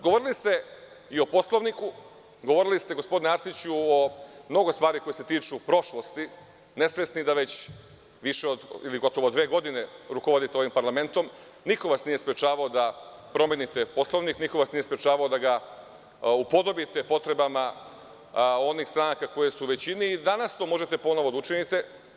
Govorili ste i o Poslovniku, govorili ste, gospodine Arsiću, o mnogo stvari koje se tiču prošlosti, nesvesni da gotovo dve godine rukovodite ovim parlamentom, niko vas nije sprečavao da promenite Poslovnik, niko vas nije sprečavao da ga upodobite potrebama onih stranaka koje su u većini i danas to možete ponovo da učinite.